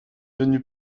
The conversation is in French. venus